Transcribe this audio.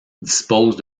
dispose